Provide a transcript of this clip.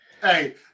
Hey